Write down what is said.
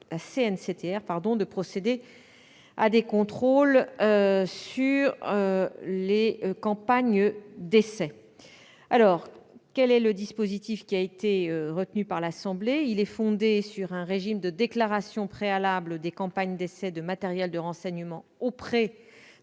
de procéder à des contrôles sur les campagnes d'essais. Le dispositif retenu par l'Assemblée nationale est fondé sur un régime de déclaration préalable des campagnes d'essais de matériel de renseignement auprès de la